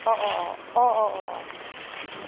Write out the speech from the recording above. अ अ अ अ अ अ ओम